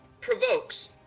provokes